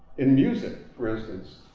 in music, for instance,